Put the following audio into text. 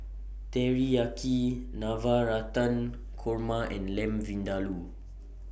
Teriyaki Navratan Korma and Lamb Vindaloo